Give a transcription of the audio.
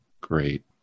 Great